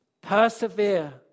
Persevere